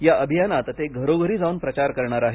या अभियानात ते घरोघरी जावून प्रचार करणार आहेत